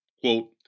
Quote